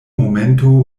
momento